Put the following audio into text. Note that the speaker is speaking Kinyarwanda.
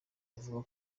bavuga